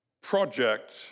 project